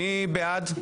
מי בעד?